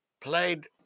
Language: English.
played